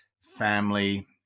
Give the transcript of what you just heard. family